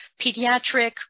pediatric